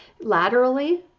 laterally